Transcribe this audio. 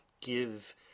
give